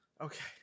Okay